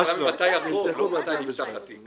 נפתחו ונסגרו?